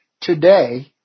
Today